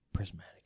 Prismatic